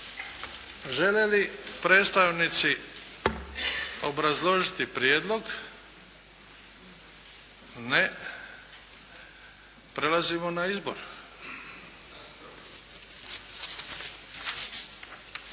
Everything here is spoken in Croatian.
Žele li predstavnici obrazložiti prijedlog? Ne. Prelazimo na izbor.